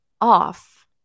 off